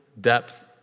depth